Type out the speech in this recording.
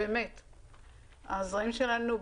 הזרעים שלנו,